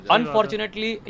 Unfortunately